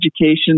education